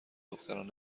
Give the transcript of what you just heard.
دختران